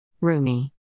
Rumi